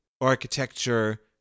architecture